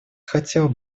хотел